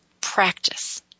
practice